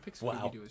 Wow